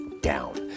down